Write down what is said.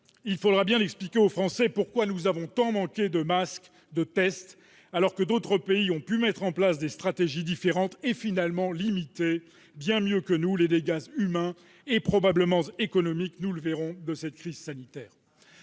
mais le temps n'est pas venu -, pourquoi nous avons tant manqué de masques et de tests, alors que d'autres pays ont pu mettre en place des stratégies différentes et, finalement, limiter bien mieux que nous les dégâts humains et, probablement, économiques de cette crise sanitaire.